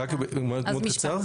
רק מאוד קצר.